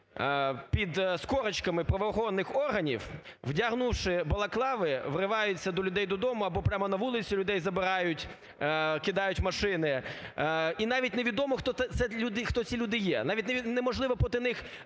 з корочками правоохоронних органів, вдягнувши балакливи, вриваються до людей додому або прямо на вулиці людей забирають, кидають в машини. І навіть невідомо, хто ці люди є. Навіть неможливо проти них